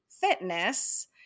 fitness